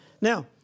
Now